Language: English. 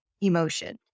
emotion